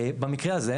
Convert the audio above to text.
במקרה הזה,